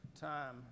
time